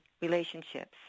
relationships